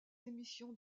émissions